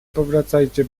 powracajcie